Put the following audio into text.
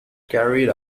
carried